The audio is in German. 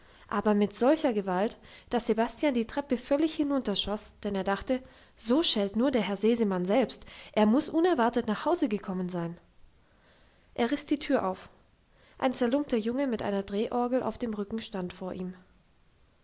aber mit solcher gewalt dass sebastian die treppe völlig hinunterschoss denn er dachte so schellt nur der herr sesemann selbst er muss unerwartet nach hause gekommen sein er riss die tür auf ein zerlumpter junge mit einer drehorgel auf dem rücken stand vor ihm